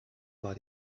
war